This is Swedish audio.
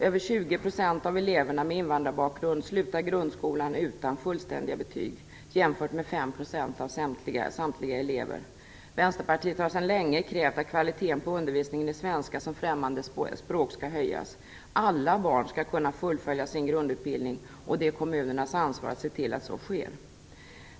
Över 20 % av eleverna med invandrarbakgrund slutar grundskolan utan fullständiga betyg jämfört med 5 % av samtliga elever. Vänsterpartiet har sedan länge krävt att kvaliteten på undervisningen i svenska som främmande språk skall höjas. Alla barn skall kunna fullfölja sin grundutbildning, och det är kommunernas ansvar att se till att så sker.